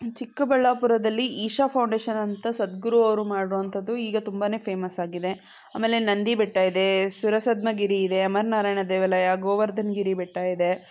ಚಿಕ್ಕಬಳ್ಳಾಪುರದಲ್ಲಿ ಈಶಾ ಫೌಂಡೇಷನ್ ಅಂತ ಸದ್ಗುರು ಅವರು ಮಾಡಿರೋವಂಥದ್ದು ಈಗ ತುಂಬಾ ಫೇಮಸ್ ಆಗಿದೆ ಆಮೇಲೆ ನಂದಿ ಬೆಟ್ಟ ಇದೆ ಸುರಸದ್ಮಗಿರಿ ಇದೆ ಅಮರನಾರಾಯಣ ದೇವಾಲಯ ಗೋವರ್ಧನ ಗಿರಿ ಬೆಟ್ಟ ಇದೆ